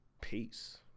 peace